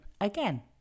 again